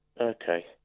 Okay